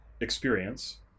experience